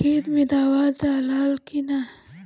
खेत मे दावा दालाल कि न?